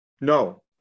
No